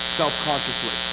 self-consciously